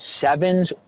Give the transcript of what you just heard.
sevens